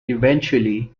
eventually